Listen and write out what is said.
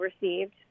received